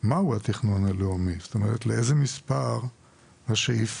מהו התכנון הלאומי, זאת אומרת לאיזה מספר שואפים.